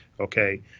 okay